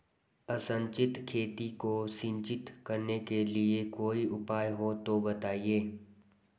असिंचित खेती को सिंचित करने के लिए कोई उपाय हो तो बताएं?